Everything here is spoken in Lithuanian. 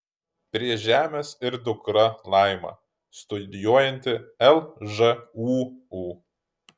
prie žemės ir dukra laima studijuojanti lžūu